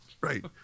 right